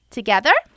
Together